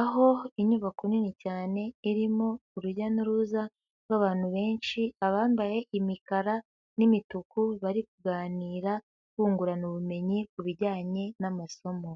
aho inyubako nini cyane, irimo urujya n'uruza rw'abantu benshi, abambaye imikara n'imituku, bari kuganira bungurana ubumenyi ku bijyanye n'amasomo.